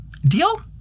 Deal